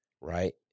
right